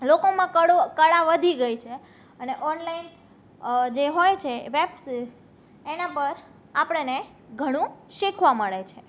લોકોમાં કળા વધી ગઈ છે અને ઓનલાઇન જે હોય છે વેબસ એનાં પર આપણને ઘણું શીખવા મળે છે